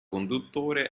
conduttore